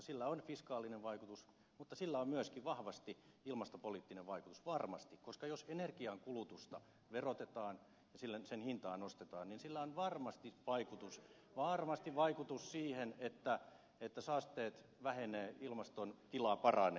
sillä on fiskaalinen vaikutus mutta sillä on myöskin vahvasti ilmastopoliittinen vaikutus varmasti koska jos energian kulutusta verotetaan ja sen hintaa nostetaan niin sillä on varmasti vaikutus siihen että saasteet vähenevät ilmaston tila paranee